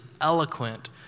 eloquent